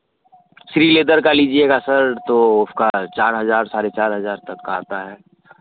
Shri leather का लीजिएगा sir तो उसका चार हज़ार साढ़े चार हज़ार तक का आता है